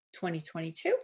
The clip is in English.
2022